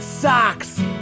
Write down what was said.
Socks